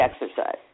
exercise